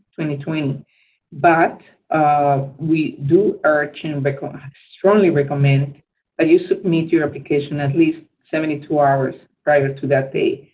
twenty. i mean but um we do urge and like ah strongly recommend that you submit your application at least seventy two ah hours prior to that date.